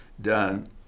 done